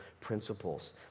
principles